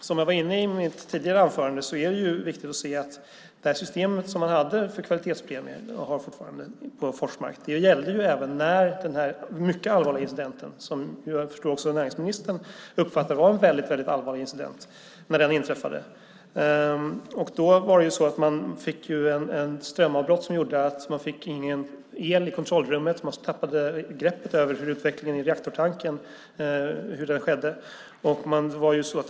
Som jag var inne på i mitt tidigare anförande är det viktigt att se att det system som man hade, och fortfarande har, för kvalitetspremier på Forsmark även fanns när den här mycket allvarliga incidenten inträffade - som jag förstår det uppfattade också näringsministern det som en väldigt allvarlig incident. Då fick man ett strömavbrott som gjorde att man inte fick någon el i kontrollrummet. Man tappade greppet över utvecklingen i reaktortanken.